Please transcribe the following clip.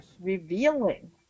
revealing